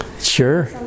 Sure